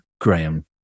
Graham